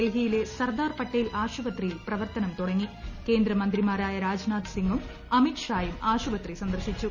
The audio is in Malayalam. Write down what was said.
ഡൽഹിയിലെ സർദാർ പട്ടേൽ ആശുപത്രിയിൽ പ്രവർത്തനം തുടങ്ങി കേന്ദ്രമന്ത്രിമാരായ രാജ്നാഥ് സിംഗും അമിത്ഷായും ആശുപത്രി സന്ദർശിച്ചു